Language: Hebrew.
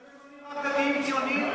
לכן ממנים רבנים ציוניים.